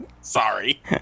Sorry